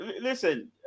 listen